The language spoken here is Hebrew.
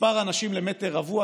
מספר אנשים למטר רבוע,